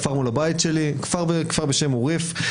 הכפר מול הבית שלי הוא כפר בשם עוריף,